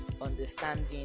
understanding